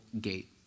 gate